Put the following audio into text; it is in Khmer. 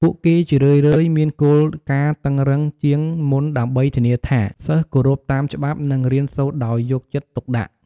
ពួកគេជារឿយៗមានគោលការណ៍តឹងរ៉ឹងជាងមុនដើម្បីធានាថា សិស្សគោរពតាមច្បាប់ និងរៀនសូត្រដោយយកចិត្តទុកដាក់។